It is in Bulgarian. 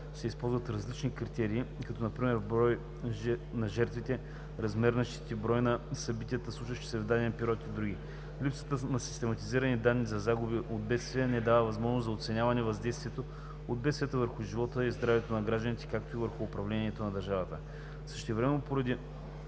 се използват различни критерии, като например брой на жертвите, размер на щетите, брой на събитията, случващи се в даден период, и други. Липсата на систематизирани данни за загуби от бедствия не дава възможност да се оценява въздействието от бедствията върху живота и здравето на гражданите, както и върху управлението на държавата. Същевременно поради